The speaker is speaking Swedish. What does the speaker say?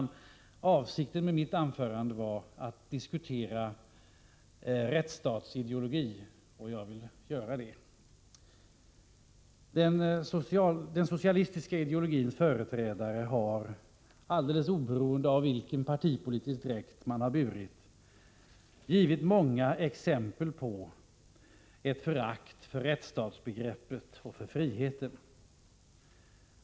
Jag har för avsikt att i mitt anförande diskutera rättsstatsideologin. Den socialistiska ideologins företrädare har, alldeles oberoende av vilken partipolitisk dräkt de har burit, givit många exempel på förakt för rättsstatsbegreppet och för friheten.